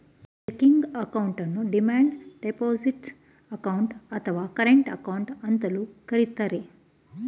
checking ಅಕೌಂಟನ್ನು demand deposit account, ಅಥವಾ current account ಅಂತಲೂ ಕರಿತರೆ